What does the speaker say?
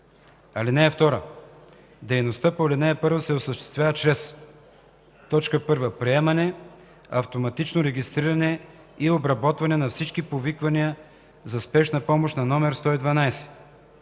112. (2) Дейността по ал. 1 се осъществява чрез: 1. приемане, автоматично регистриране и обработване на всички повиквания за спешна помощ на номер 112;